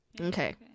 okay